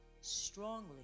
strongly